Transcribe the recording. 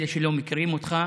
אלה שלא מכירים אותך,